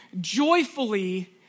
joyfully